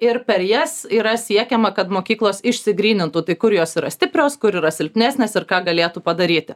ir per jas yra siekiama kad mokyklos išsigrynintų tai kur jos yra stiprios kur yra silpnesnės ir ką galėtų padaryti